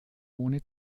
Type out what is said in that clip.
ohne